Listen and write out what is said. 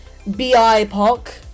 BIPOC